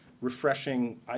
refreshing